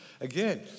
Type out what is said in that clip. again